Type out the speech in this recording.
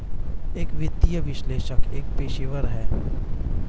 एक वित्तीय विश्लेषक एक पेशेवर है